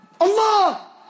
Allah